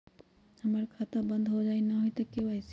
हमर खाता बंद होजाई न हुई त के.वाई.सी?